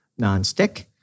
nonstick